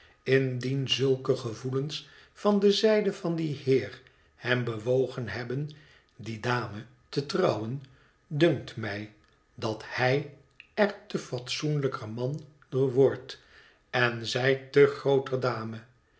indien zulke gevoelens van de zijde van dien heer hem bewogen hebben die dame te trouwen dunkt mij dat hij er te fatsoenlijker man door wordt en zij te grooter dame